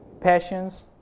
passions